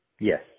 Yes